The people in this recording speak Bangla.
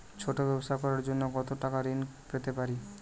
ছোট ব্যাবসা করার জন্য কতো টাকা ঋন পেতে পারি?